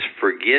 forget